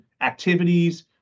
activities